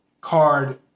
card